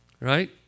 right